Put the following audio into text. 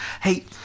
Hey-